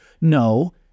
No